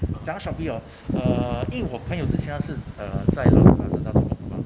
讲 Shopee orh hor uh 应我朋友之前他是 uh 在 Lazada 做工对 mah